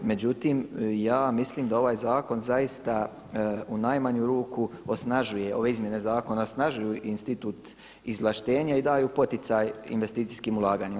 Međutim, ja mislim da ovaj zakon zaista u najmanju ruku osnažuje ove izmjene zakona osnažuju institut izvlaštenja i daju poticaj investicijskim ulaganjima.